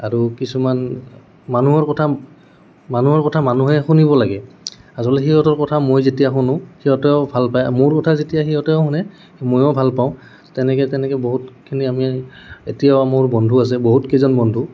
আৰু কিছুমান মানুহৰ কথা মানুহৰ কথা মানুহে শুনিব লাগে আচলতে সিহঁতৰ কথা মই যেতিয়া শুনো সিহঁতেও ভাল পায় আৰু মোৰ কথা যেতিয়া সিহঁতেও শুনে ময়ো ভাল পাওঁ তেনেকৈ তেনেকৈ বহুতখিনি আমি এতিয়াও মোৰ বন্ধু আছে বহুত কেইজন বন্ধু